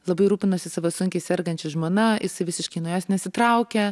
labai rūpinosi savo sunkiai sergančia žmona jisai visiškai nuo jos nesitraukė